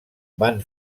van